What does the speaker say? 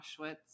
Auschwitz